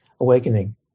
awakening